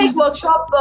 workshop